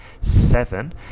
seven